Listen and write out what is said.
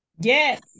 Yes